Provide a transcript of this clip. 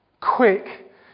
quick